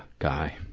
guy.